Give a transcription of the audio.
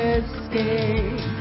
escape